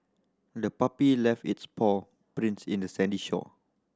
the puppy left its paw prints in the sandy shore